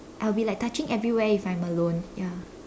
I'll be like touching everywhere if I'm alone ya